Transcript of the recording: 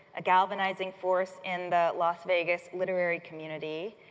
a galvanizing force in the las vegas literary community.